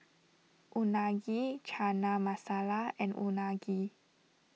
Unagi Chana Masala and Unagi